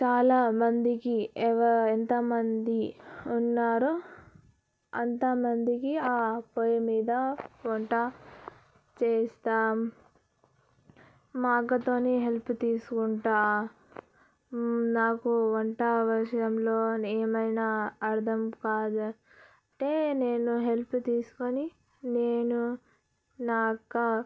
చాలా మందికి ఎంతమంది ఉన్నారో అంత మందికి ఆ పొయ్యి మీద వంట చేస్తాం మా అక్కతో హెల్ప్ తీసుకుంటాను నాకు వంట అవసరంలో ఏమైనా అర్థం కాదు అంటే నేను హెల్ప్ తీసుకుని నేను నా అక్క